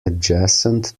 adjacent